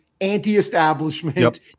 anti-establishment